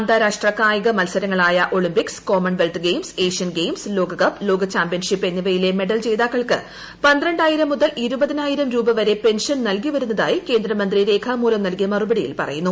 അന്താരാഷ്ട്ര കായിക മത്സരങ്ങളായ Olympics Commonwealth games Asian games ലോകകപ്പ് ലോക ചാമ്പ്യൻഷിപ്പ് എന്നിവയിലെ മെഡൽ ജേതാക്കൾക്ക് പന്ത്രണ്ടായിരം മുതൽ ഇർപ്തിനായിരം രൂപ വരെ പെൻഷൻ നൽകിവരുന്നതായി കേന്ദ്രമന്ത്രി ൂർഖ്യമൂലം നൽകിയ മറുപടിയിൽ പറയുന്നു